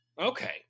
okay